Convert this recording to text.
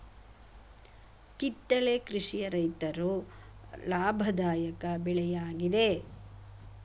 ಕಿತ್ತಳೆ ಕೃಷಿಯ ರೈತರು ಲಾಭದಾಯಕ ಬೆಳೆ ಯಾಗಿದೆ